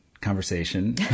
conversation